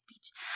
speech